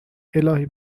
االهی